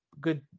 good